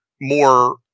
more